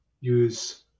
use